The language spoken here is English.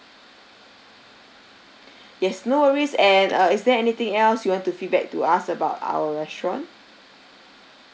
yes no worries and uh is there anything else you want to feedback to us about our restaurant